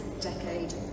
decade